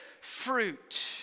fruit